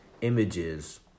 images